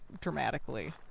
dramatically